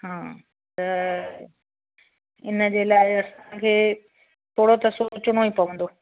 हा त इनजे लाइ असांखे थोरो त सोचिणो ई पवंदो